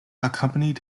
accompanied